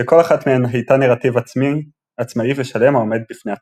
שכל אחת מהן הייתה נרטיב עצמאי ושלם העומד בפני עצמו.